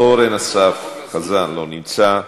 אורן אסף חזן, לא נמצא,